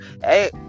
Hey